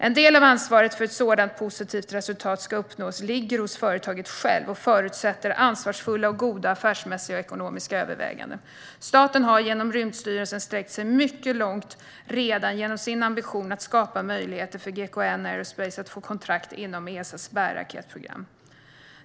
En del av ansvaret för att ett sådant positivt resultat ska uppnås ligger hos företaget självt och förutsätter ansvarsfulla och goda affärsmässiga och ekonomiska överväganden. Staten har genom Rymdstyrelsen sträckt sig mycket långt redan genom sin ambition att skapa möjligheter för GKN Aerospace att få kontrakt inom Esas bärraketsprogram.